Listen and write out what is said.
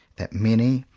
that many,